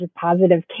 positive